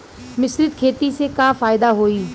मिश्रित खेती से का फायदा होई?